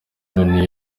loni